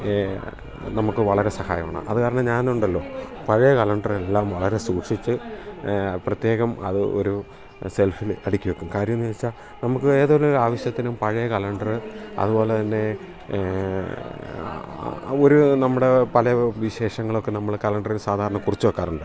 നമുക്ക് വളരെ സഹായകമാണ് അതു കാരണം ഞാനുണ്ടല്ലോ പഴയ കലണ്ടർ എല്ലാം വളരെ സൂക്ഷിച്ച് പ്രത്യേകം അത് ഒരു സെൽഫിൽ അടുക്കി വെക്കും കാര്യമെന്നു വെച്ചാൽ നമുക്ക് ഏതൊരു ആവശ്യത്തിനും പഴയ കലണ്ടർ അതുപോലെ തന്നെ ഒരു നമ്മുടെ പല വിശേഷങ്ങളൊക്കെ നമ്മൾ കലണ്ടറിൽ സാധാരണ കുറിച്ചു വെക്കാറുണ്ട്